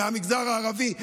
מהמגזר הערבי,